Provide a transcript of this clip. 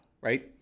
right